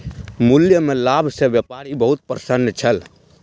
मूल्य में लाभ सॅ व्यापारी बहुत प्रसन्न छल